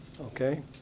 okay